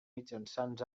mitjançant